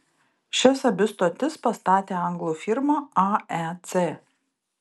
šias abi stotis pastatė anglų firma aec